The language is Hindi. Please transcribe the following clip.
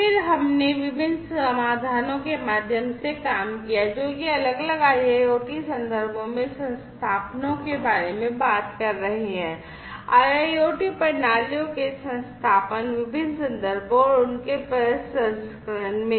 फिर हमने विभिन्न समाधानों के माध्यम से काम किया जो कि अलग अलग IIoT संदर्भों में संस्थापनों के बारे में बात कर रहे हैं IIoT प्रणालियों के संस्थापन विभिन्न संदर्भों और उनके प्रसंस्करण में